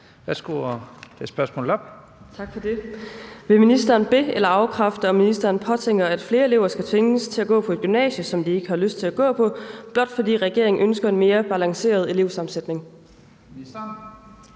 Artmann Andresen (LA): Vil ministeren be- eller afkræfte, om ministeren påtænker, at flere elever skal tvinges til at gå på et gymnasie, som de ikke har lyst til at gå på, blot fordi regeringen ønsker en mere balanceret elevsammensætning? Kl.